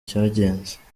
cyagenze